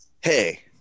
Hey